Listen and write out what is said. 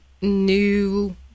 new